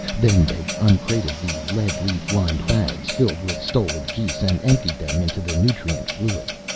then they uncrated the lead-leaf-lined bags filled with stolen geese and emptied them into the nutrient fluid.